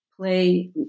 play